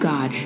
God